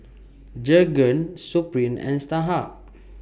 Jergens Supreme and Starhub